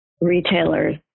retailers